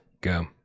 go